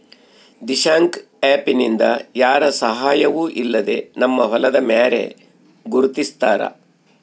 Dishank app ನಿಂದ ಯಾರ ಸಹಾಯವೂ ಇಲ್ಲದೆ ನಮ್ಮ ಹೊಲದ ಮ್ಯಾರೆ ಗುರುತಿಸ್ತಾರ